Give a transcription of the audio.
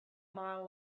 mile